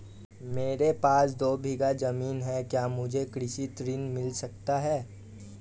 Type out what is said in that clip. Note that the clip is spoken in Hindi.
मेरे पास दो बीघा ज़मीन है क्या मुझे कृषि ऋण मिल सकता है?